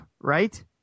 right